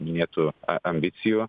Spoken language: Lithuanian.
minėtų a ambicijų